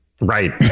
Right